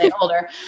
older